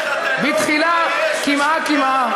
בתחילה קמעה קמעה,